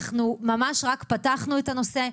רק פתחנו את הנושא.